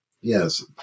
Yes